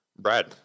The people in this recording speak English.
Brad